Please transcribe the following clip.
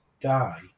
die